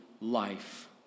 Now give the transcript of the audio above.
life